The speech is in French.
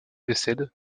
décède